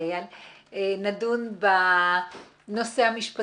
תודה מיוחדת למשרד להגנת